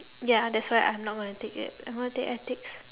ya that's why I'm not gonna take it I'm gonna take ethics